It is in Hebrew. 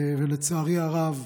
לצערי הרב,